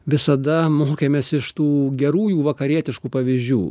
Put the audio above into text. visada mokėmės iš tų gerųjų vakarietiškų pavyzdžių